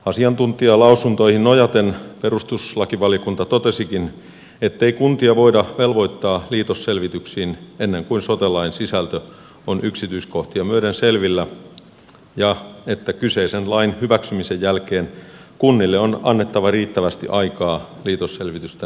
asiantuntijalausuntoihin nojaten perustuslakivaliokunta totesikin ettei kuntia voida velvoittaa liitosselvityksiin ennen kuin sote lain sisältö on yksityiskohtia myöten selvillä ja että kyseisen lain hyväksymisen jälkeen kunnille on annettava riittävästi aikaa liitosselvitysten valmisteluun